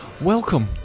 Welcome